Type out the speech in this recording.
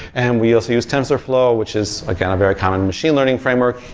and we also use tensorflow, which is again, a very common machine learning framework,